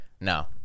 No